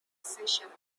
session